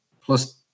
plus